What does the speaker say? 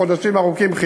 או חודשים ארוכים,